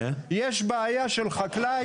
יש בעיה של חקלאי,